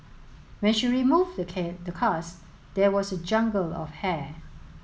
when she removed the cast there was a jungle of hair